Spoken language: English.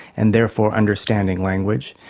and therefore understanding language.